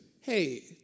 hey